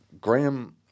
Graham